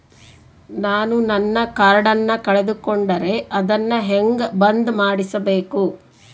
ನಾನು ನನ್ನ ಕಾರ್ಡನ್ನ ಕಳೆದುಕೊಂಡರೆ ಅದನ್ನ ಹೆಂಗ ಬಂದ್ ಮಾಡಿಸಬೇಕು?